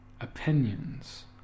opinions